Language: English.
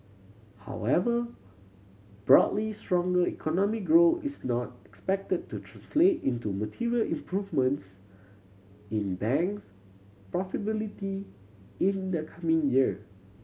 however broadly stronger economic growth is not expected to translate into material improvements in bank profitability in the coming year